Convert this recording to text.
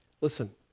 Listen